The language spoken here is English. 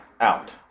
Out